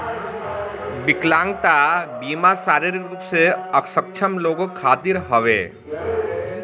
विकलांगता बीमा शारीरिक रूप से अक्षम लोग खातिर हवे